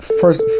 First